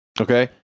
Okay